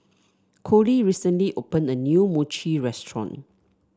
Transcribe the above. Colie recently opened a new Mochi restaurant